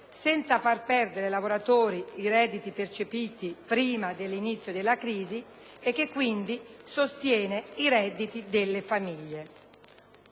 senza far perdere ai lavoratori i redditi percepiti prima dell'inizio della crisi e che, quindi, sostiene i redditi delle famiglie.